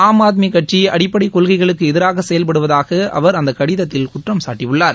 ஆம் ஆத்மி கட்சி அடிப்படை கொள்கைளுக்கு எதிராக செயல்படுவதாக அவா் அந்த கடிதத்தில் குற்றம்சாட்டியுள்ளார்